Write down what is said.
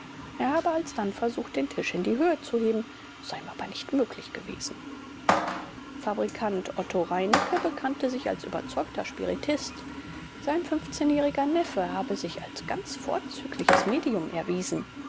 er habe alsdann versucht den tisch in die höhe zu heben es sei ihm aber nicht möglich gewesen fabrikant otto reinicke bekannte sich als überzeugter spiritist sein jähriger neffe habe sich als ganz vorzügliches medium erwiesen